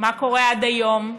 מה קורה עד היום?